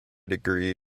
degree